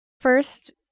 First